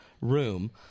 room